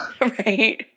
Right